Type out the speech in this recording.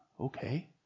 Okay